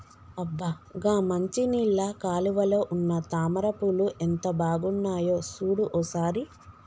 అబ్బ గా మంచినీళ్ళ కాలువలో ఉన్న తామర పూలు ఎంత బాగున్నాయో సూడు ఓ సారి